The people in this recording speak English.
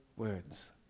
Words